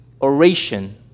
oration